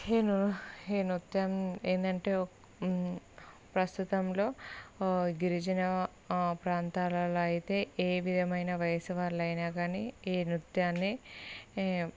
ఈ నృత్య ఈ నృత్యం ఏంటంటే ప్రస్తుతంలో గిరిజన ప్రాంతాలలో అయితే ఏ విధమైన వయసు వాళ్ళు అయినా కానీ ఈ నృత్యాన్ని